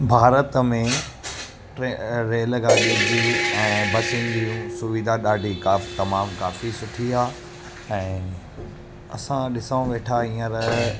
भारत में रेलगाॾी जी ऐं बसिनि जूं सुविधा ॾाढी काफ़ी तमामु काफ़ी सुठी आहे ऐं असां ॾिसणु वेठा हींअर